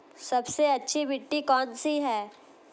सबसे अच्छी मिट्टी कौन सी है?